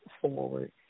forward